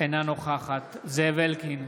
אינה נוכחת זאב אלקין,